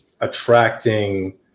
attracting